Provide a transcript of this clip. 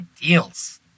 deals